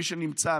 מי שנמצא,